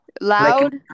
Loud